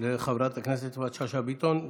תודה רבה לחברת הכנסת יפעת שאשא ביטון.